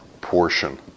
portion